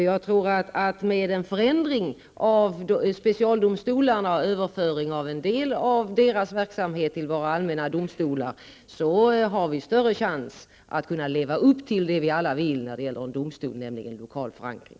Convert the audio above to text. Jag tror att vi med en förändring av specialdomstolarna, alltså överföring av en del av deras verksamhet till våra allmänna domstolar, har större chans att kunna leva upp till det vi alla vill när det gäller domstolsväsendet, nämligen lokal förankring.